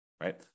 right